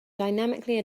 dynamically